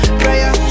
prayer